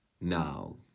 Now